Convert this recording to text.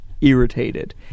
irritated